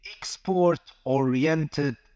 export-oriented